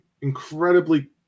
incredibly